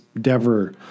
Dever